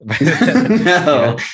No